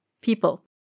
people